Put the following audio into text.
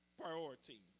priority